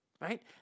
Right